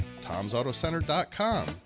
tomsautocenter.com